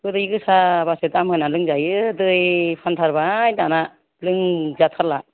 गोदै गोसा बासो दाम होना लोंजायो दै फानथारबाय दाना लोंजाथारला